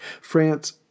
France